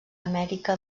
amèrica